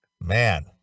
Man